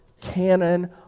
canon